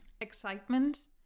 excitement